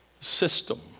system